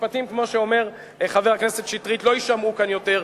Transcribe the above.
שמשפטים כמו שאומר חבר הכנסת שטרית לא יישמעו כאן יותר,